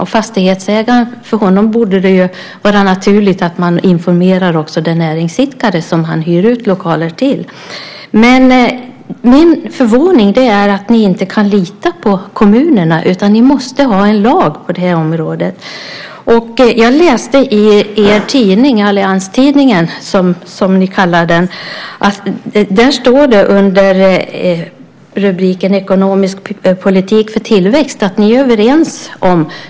För fastighetsägaren borde det vara naturligt att man informerar också den näringsidkare som han hyr ut lokaler till. Min förvåning är att ni inte kan lita på kommunerna utan att ni måste ha en lag på det här området. Jag läste i er tidning, Allianstidningen som ni kallar den. Där står det under rubriken ekonomisk politik för tillväxt att ni är överens.